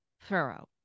Thorough